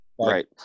Right